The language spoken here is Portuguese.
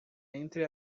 entre